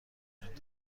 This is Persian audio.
وجود